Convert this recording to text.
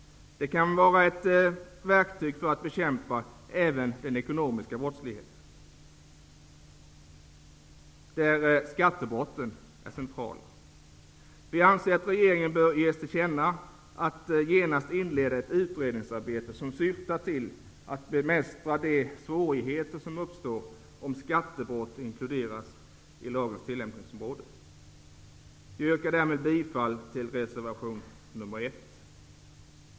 Den kan vara ett verktyg för att bekämpa även den ekonomiska brottsligheten, där skattebrotten är centrala. Vi anser att regeringen bör ges till känna att genast inleda ett utredningsarbete som syftar till att bemästra de svårigheter som uppstår om skattebrott inkluderas i lagens tillämpningsområde. Herr talman! Jag yrkar därmed bifall till reservation nr 1.